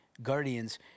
guardians